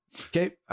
Okay